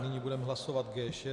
Nyní budeme hlasovat G6.